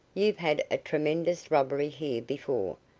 you've had a tremendous robbery here before,